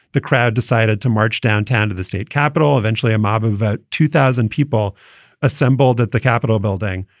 the crowd decided to march downtown to the state capital. eventually, a mob of about two thousand people assembled at the capitol building,